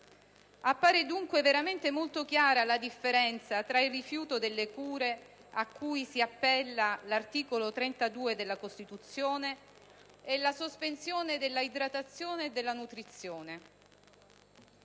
Appare dunque veramente molto chiara la differenza tra il rifiuto delle cure, a cui si appella l'articolo 32 della Costituzione, e la sospensione della idratazione e della nutrizione.